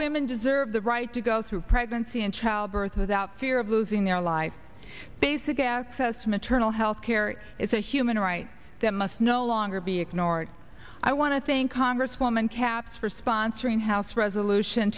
women deserve the right to go through pregnancy and childbirth without fear of losing their lives basic access to maternal health care is a human right that must no longer be ignored i want to thank congresswoman caps for sponsoring house resolution